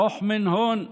רוח מן הון.